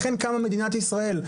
לכן קמה מדינת ישראל,